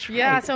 yeah. so